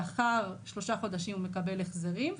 לאחר שלושה חודשים הוא מקבל החזרים.